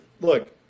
look